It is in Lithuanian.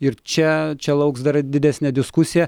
ir čia čia lauks dar didesnė diskusija